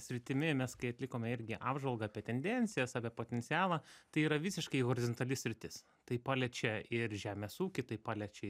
sritimi nes kai atlikome irgi apžvalgą apie tendencijas apie potencialą tai yra visiškai horizontali sritis tai paliečia ir žemės ūkį tai paliečia